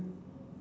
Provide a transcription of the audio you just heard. mm